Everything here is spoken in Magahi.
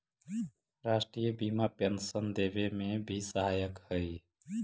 राष्ट्रीय बीमा पेंशन देवे में भी सहायक हई